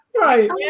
Right